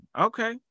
Okay